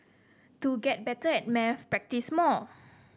to get better at maths practise more